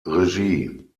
regie